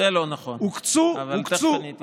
זה לא נכון, אבל תכף אני אתייחס.